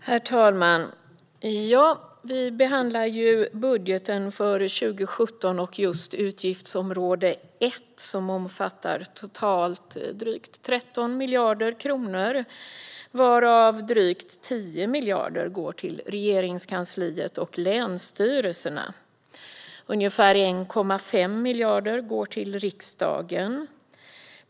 Herr talman! Vi behandlar budgeten för 2017 och utgiftsområde 1 som omfattar totalt drygt 13 miljarder kronor, varav drygt 10 miljarder går till Regeringskansliet och länsstyrelserna. Ungefär 1,5 miljarder går till riksdagen.